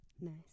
Nice